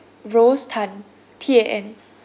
rose tan T A N